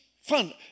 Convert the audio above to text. fun